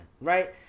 right